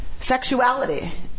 sexuality